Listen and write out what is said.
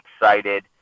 excited